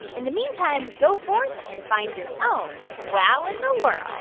in the meantime, go forth and find your own wow in the world